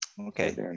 Okay